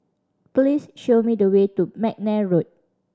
please show me the way to McNair Road